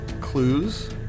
clues